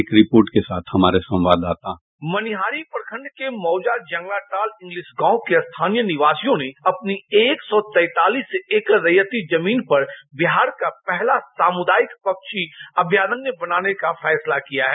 एक रिपोर्ट के साथ हमारे संवाददाता संवाददाता साउंड बाईट मनिहारी प्रखंड के मौजा जंगला टाल इंग्लिश के स्थानीय निवासियों ने अपनी एक सौ तैंतालीस एकड़ रैयती जमीन पर बिहार का पहला सामुदायिक पक्षी अभ्यारण्य बनाने का फैसला किया है